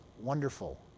wonderful